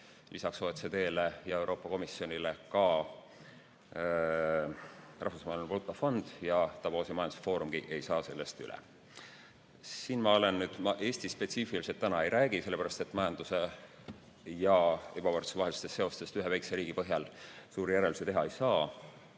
lisaks OECD-le ja Euroopa Komisjonile ka Rahvusvaheline Valuutafond ning Davosi majandusfoorumgi ei saa sellest üle. Ma Eesti-spetsiifiliselt täna ei räägi, sellepärast et majanduse ja ebavõrdsuse vahelistest seostest ühe väikese riigi põhjal suuri järeldusi teha ei saa.